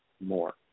more